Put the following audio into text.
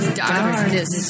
darkness